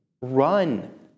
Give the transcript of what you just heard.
run